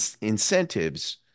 incentives